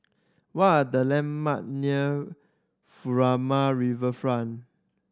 what are the landmark near Furama Riverfront